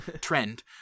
trend